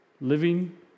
living